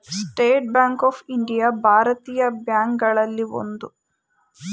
state Bank of India ಭಾರತೀಯ bank ಗಳಲ್ಲಿ ಒಂದು